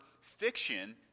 fiction